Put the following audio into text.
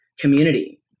community